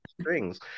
strings